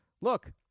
Look